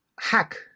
hack